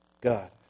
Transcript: God